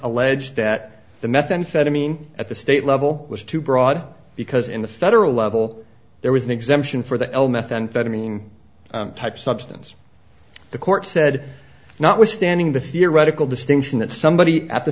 alleged that the methamphetamine at the state level was too broad because in the federal level there was an exemption for the l methamphetamine type substance the court said notwithstanding the theoretical distinction that somebody at the